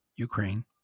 Ukraine